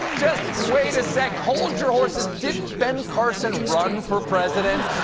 just wait a second. hold your horses. didn't ben carson run for president?